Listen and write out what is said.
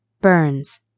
Burns